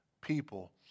people